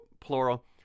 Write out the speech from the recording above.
plural